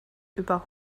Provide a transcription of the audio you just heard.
über